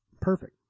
perfect